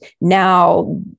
now